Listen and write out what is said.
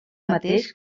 mateix